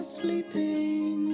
sleeping